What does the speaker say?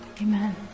Amen